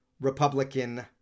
Republican